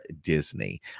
Disney